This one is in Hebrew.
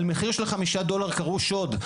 על מחיר של 5 דולר קראו שוד.